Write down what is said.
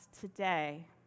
today